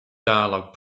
dialog